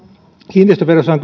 kiinteistöverossa on